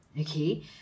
okay